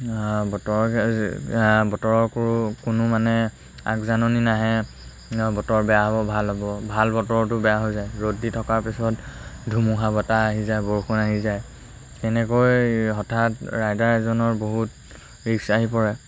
বতৰক যদি বতৰকো কোনো মানে আগজাননি নাহে বতৰ বেয়া হ'ব ভাল হ'ব ভাল বতৰতো বেয়া হৈ যায় ৰ'দ দি থকাৰ পিছত ধুমুহা বতাহ আহি যায় বৰষুণ আহি যায় তেনেকৈ হঠাৎ ৰাইডাৰ এজনৰ বহুত ৰিস্ক আহি পৰে